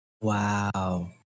Wow